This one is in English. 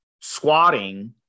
squatting